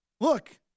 look